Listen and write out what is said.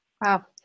Wow